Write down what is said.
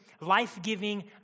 life-giving